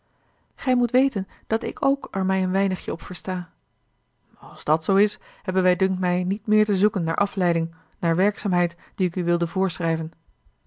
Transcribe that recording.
gij moet weten dat ik ook er mij een weinigje op versta als dat zoo is hebben wij dunkt mij niet meer te zoeken naar afleiding naar werkzaamheid die ik u wilde voorschrijven